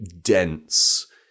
dense